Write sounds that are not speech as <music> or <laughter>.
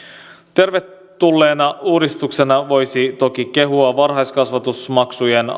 tervetulleena uudistuksena voisi toki kehua varhaiskasvatusmaksujen <unintelligible>